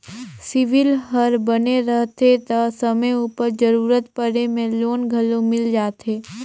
CIBIL हर बने रहथे ता समे उपर जरूरत परे में लोन घलो मिल जाथे